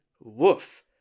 Woof